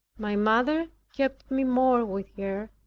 my mother kept me more with her,